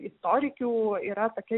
istorikių yra tokia